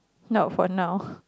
not for now